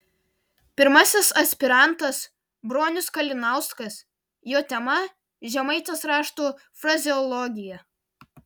pirmasis aspirantas bronius kalinauskas jo tema žemaitės raštų frazeologija